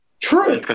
True